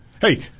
Hey